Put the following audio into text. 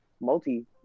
multi